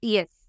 Yes